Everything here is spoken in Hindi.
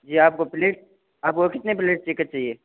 जी आपको प्लेट आपको कितने प्लेट चिकन चाहिये